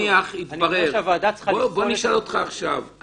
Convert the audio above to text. אני אומר שהוועדה צריכה לבחון את זה.